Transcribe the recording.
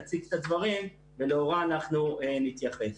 תציג את הדברים ולאורה אנחנו נתייחס.